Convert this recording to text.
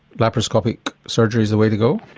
laparoscopic surgery is the way to go?